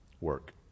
work